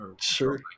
Sure